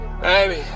Baby